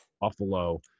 buffalo